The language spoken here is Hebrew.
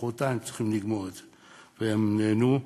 מחרתיים צריך לגמור את זה, והם נענו.